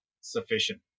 sufficient